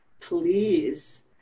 please